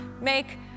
make